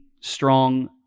strong